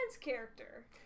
character